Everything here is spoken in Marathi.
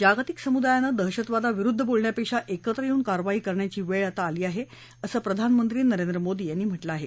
जागतिक समुदायानं दहशतवादाविरुद्ध बोलण्यापेक्षा एकत्र येऊन कारवाई करण्याची वेळ आता आली आहे असं प्रधानमंत्री नरेंद्र मोदी यांनी म्हटलं आहे